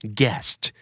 guest